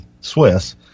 Swiss